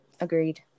Agreed